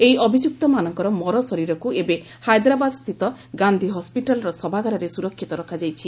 ଏହି ଅଭିଯୁକ୍ତମାନଙ୍କର ମରଶରୀରକୁ ଏବେ ହାଇଦ୍ରାବାଦସ୍ଥିତ ଗାନ୍ଧି ହସ୍କିଟାଲ୍ର ଶବାଗାରରେ ସୁରକ୍ଷିତ ରଖାଯାଇଛି